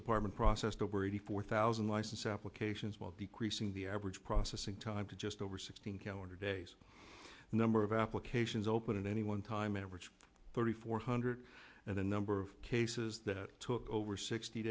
department processed over eighty four thousand licensed applications while decreasing the average processing time to just over sixteen calendar days the number of applications open at any one time averaged thirty four hundred and the number of cases that took over sixty